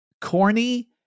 corny